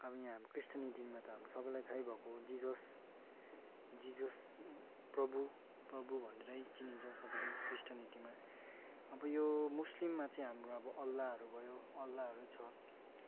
अब यहाँ क्रिस्टिनिटीमा त हाम्रो सबैलाई थाहै भएको हो जिजस जिजस प्रभु प्रभु भनेरै चिनिन्छ सबैले क्रिस्टिनिटीमा अब यो मुस्लिममा चाहिँ हाम्रो अब अल्लाहहरू भयो अल्लाहहरू छ